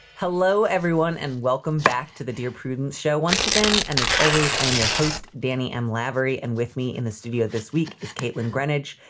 hello, everyone, and welcome back to the dear prudence show once again. and as always, i am your host, danny m. lavery. and with me in the studio this week is caitlin greenedge,